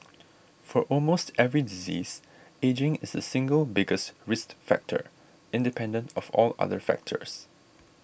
for almost every disease ageing is the single biggest risk factor independent of all other factors